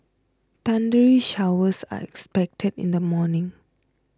thundery showers are expected in the morning